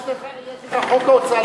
יש לך חוק ההוצאה לפועל,